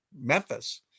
Memphis